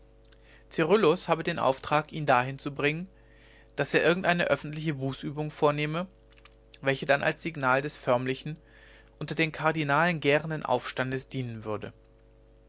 cyrillus habe den auftrag ihn dahin zu bringen daß er irgendeine öffentliche bußübung vornehme welche dann als signal des förmlichen unter den kardinalen gärenden aufstandes dienen würde